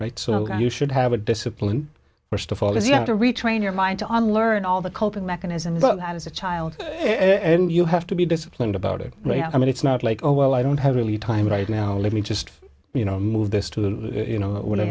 right so you should have a discipline first of all as you have to retrain your mind to on learned all the coping mechanism the book had as a child and you have to be disciplined about it i mean it's not like oh well i don't have really time right now let me just you know move this to you know